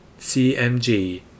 CMG